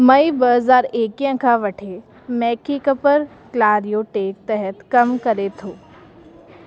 May ॿ हज़ार एक्वीह खां वठी मैकीकपर क्लारियो टेक तहत कमु करे थो